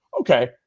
Okay